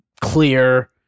clear